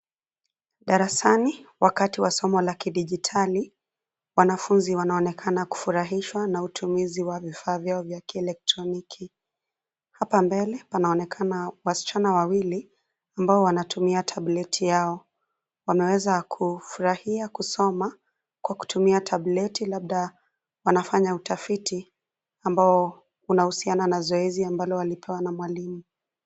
Darasani, wakati wa somo la kidigitali, wanafunzi wanaonekana kufurahishwa na utumizi wa vifaa vyao vya kielektroniki. Hapa mbele, panaonekana wasichana wawili ambao wanatumia tableti yao. Wameweza kufurahia, kusoma, kwa kutumia tableti labda wanafanya utafiti ambao unahusiana na zoezi ambalo walipewa na mwalimu.